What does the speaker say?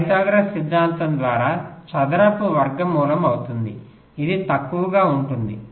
Pythagoras సిద్ధాంతం ద్వారా చదరపు వర్గమూలం అవుతుంది ఇది తక్కువగా ఉంటుంది